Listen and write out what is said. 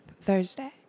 Thursday